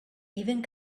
even